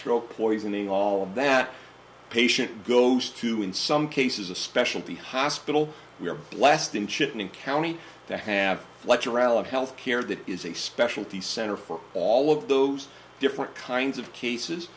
stroke poisoning all of that patient goes to in some cases a specialty hospital we're blessed in chipping county to have health care that is a specialty center for all of those different kinds of cases